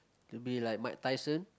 to be like Mike-Tyson